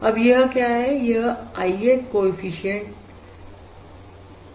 यह क्या है यह I th कॉएफिशिएंट का एस्टीमेट का वेरियंस है